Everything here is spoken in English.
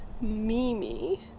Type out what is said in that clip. Mimi